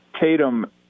Tatum